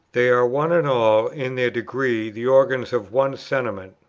they are one and all in their degree the organs of one sentiment,